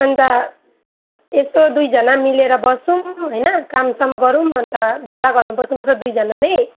अन्त यसो दुईजना मिलेर बसौँ होइन कामसाम गरौँ अन्त भाडा घरमा बस्नुपर्छ दुईजना नै